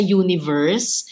universe